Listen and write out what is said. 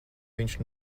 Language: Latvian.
viņš